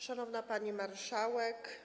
Szanowna Pani Marszałek!